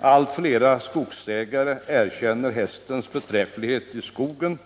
Allt flera skogsägare erkänner hästens förträfflighet i skogen.